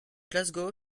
glasgow